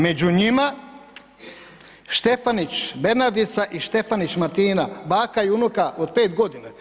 Među njima Štefanić Bernardica i Štefanić Martina, baka i unuka od 5 godina.